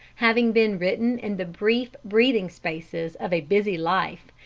having been written in the brief breathing spaces of a busy life,